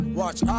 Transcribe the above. watch